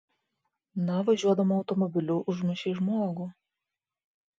na važiuodama automobiliu užmušei žmogų